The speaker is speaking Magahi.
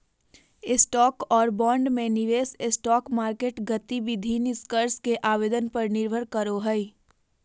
स्टॉक और बॉन्ड में निवेश स्टॉक मार्केट गतिविधि निष्कर्ष के आवेदन पर निर्भर करो हइ